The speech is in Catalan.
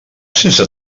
sense